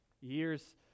years